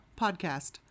podcast